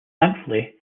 thankfully